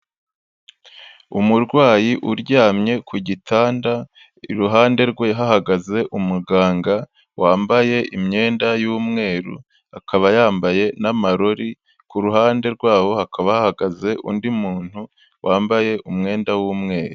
Umurwayi uryamye ku gitanda, iruhande rwe hahagaze umuganga wambaye imyenda y'umweru akaba yambaye n'amarori, ku ruhande rwabo hakaba hahagaze undi muntu wambaye umwenda w'umweru.